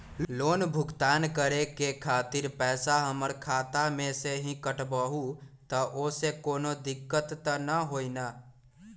Loan भुगतान करे के खातिर पैसा हमर खाता में से ही काटबहु त ओसे कौनो दिक्कत त न होई न?